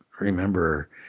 remember